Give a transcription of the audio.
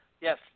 yes